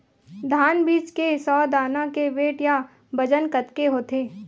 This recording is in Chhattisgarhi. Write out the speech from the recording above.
धान बीज के सौ दाना के वेट या बजन कतके होथे?